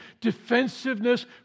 defensiveness